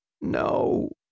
No